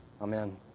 Amen